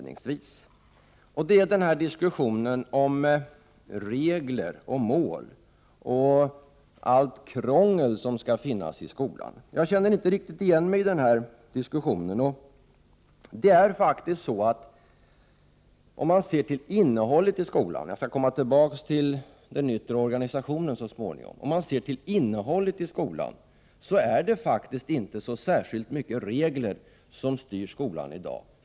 När det gäller diskussionen om regler och mål och allt krångel som finns i skolan, så känner jag inte riktigt igen den diskussionen. Om man ser till innehållet i skolan — jag skall komma tillbaka till den yttre organisationen så småningom — så är det faktiskt inte så särskilt mycket regler som styr skolan i dag.